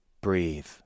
Breathe